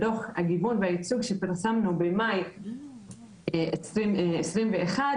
בדו"ח הגיוון והייצוג שפרסמנו במאי 2021,